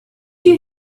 you